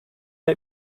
let